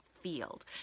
field